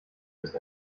ist